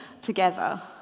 together